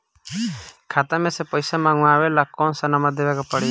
खाता मे से पईसा मँगवावे ला कौन नंबर देवे के पड़ी?